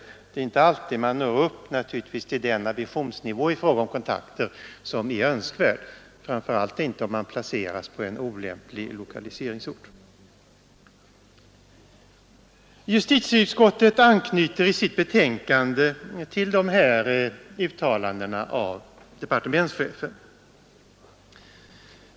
Det är naturligtvis inte alltid man når upp till den ambitionsnivå i fråga om kontakter som är önskvärd, framför allt inte om man placeras på en olämplig lokaliseringsort. Justitieutskottet anknyter i sitt betänkande till de här uttalandena av departementschefen.